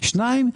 שתיים,